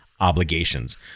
obligations